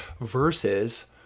versus